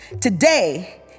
Today